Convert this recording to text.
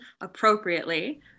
appropriately